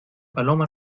paloma